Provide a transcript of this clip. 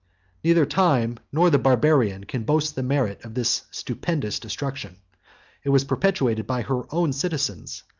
neither time nor the barbarian can boast the merit of this stupendous destruction it was perpetrated by her own citizens,